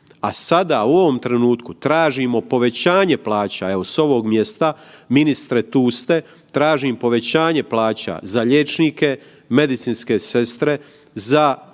A sada u ovom trenutku tražimo povećanje plaća, evo s ovom mjesta, ministre tu ste, tražim povećanje plaća za liječnike, medicinske sestre, za našu